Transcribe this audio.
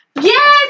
Yes